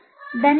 धन्यवाद